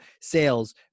sales